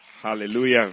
Hallelujah